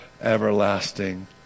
everlasting